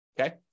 okay